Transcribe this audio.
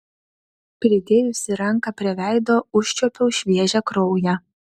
pridėjusi ranką prie veido užčiuopiau šviežią kraują